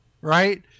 Right